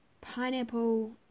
pineapple